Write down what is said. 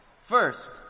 First